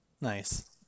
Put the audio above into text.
Nice